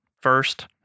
first